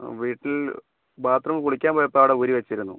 അതെ വീട്ടിൽ ബാത്റൂമികുളിക്കാൻ പോയപ്പോൾ അവിടെ ഊരി വച്ചിരുന്നു